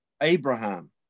Abraham